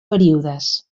períodes